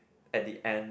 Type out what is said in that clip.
at the end